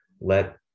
let